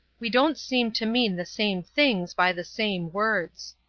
we don't seem to mean the same things by the same words.